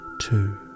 Two